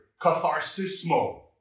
catharsismo